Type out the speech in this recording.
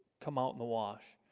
come out in the wash